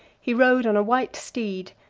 he rode on a white steed,